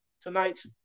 tonight's